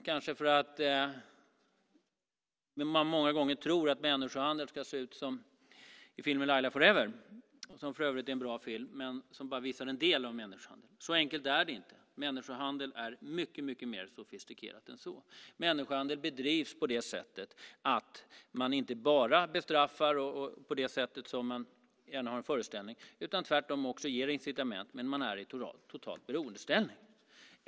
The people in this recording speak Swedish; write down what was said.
Kanske tror man många gånger att människohandel ska se ut som i filmen Lilja 4-ever , som för övrigt är en bra film men som bara visar en del av vad människohandel är. Så enkelt är det inte; människohandel är något mycket mer sofistikerat än så. Människohandel bedrivs på ett sådant sätt att man inte bara bestraffar, som man ju gärna föreställer sig, utan tvärtom också ger incitament, men offren är i total beroendeställning.